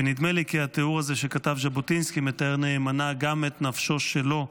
ונדמה לי כי התיאור הזה שכתב ז'בוטינסקי מתאר נאמנה גם את נפשו שלו,